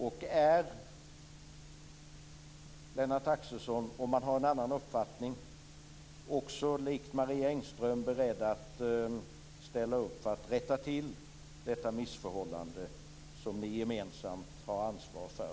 Om Lennart Axelsson har en annan uppfattning, är han likt Marie Engström beredd att ställa upp för att rätta till detta missförhållande som ni gemensam har ansvar för?